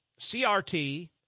CRT